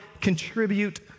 contribute